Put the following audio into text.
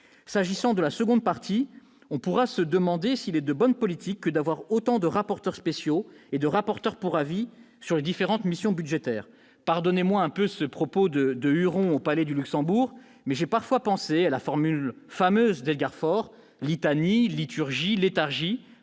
S'agissant de la seconde partie, on pourra se demander s'il est de bonne politique d'avoir autant de rapporteurs spéciaux et de rapporteurs pour avis sur les différentes missions budgétaires. Pardonnez-moi cette observation qui est un peu celle d'un Huron au palais du Luxembourg, mais j'ai souvent pensé à la formule, fameuse, d'Edgar Faure :« litanie, liturgie, léthargie »